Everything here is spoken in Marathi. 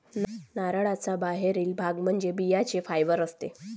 नारळाचा बाहेरील भाग म्हणजे बियांचे फायबर असते